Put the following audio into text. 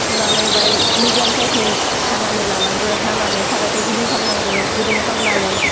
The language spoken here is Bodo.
सुनानै बाय मिडियाम साइसनि हानानै लानांगो हानानै साराइखौ गुदुं खालामनांगौ गुदुं खालामनानै